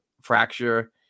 fracture